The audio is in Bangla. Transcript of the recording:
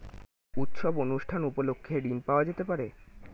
উৎসব অনুষ্ঠান উপলক্ষে ঋণ পাওয়া যেতে পারে?